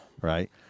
Right